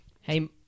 Hey